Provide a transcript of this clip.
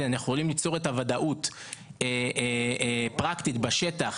ליצור את הוודאות הפרקטית בשטח